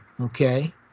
Okay